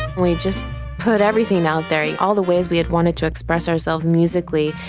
we just put everything out there, all the ways we had wanted to express ourselves musically.